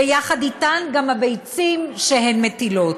ויחד אתן גם הביצים שהן מטילות.